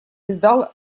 издал